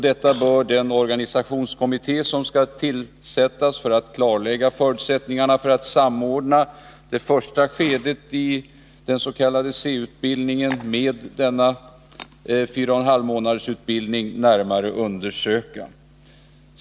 Detta bör organisationskommittén, som skall tillsättas för att klarlägga förutsättningarna för att samordna det första skedet i den s.k. C utbildningen med denna utbildning på fyra och en halv månad, närmare undersöka.